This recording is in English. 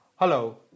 Hello